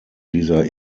dieser